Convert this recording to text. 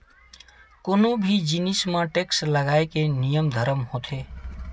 कोनो भी जिनिस म टेक्स लगाए के नियम धरम होथे